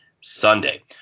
Sunday